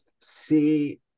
see